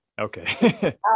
Okay